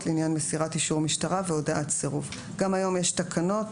לעניין מסירת אישור משטרה והודעת סירוב." גם היום יש תקנות